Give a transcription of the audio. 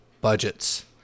budgets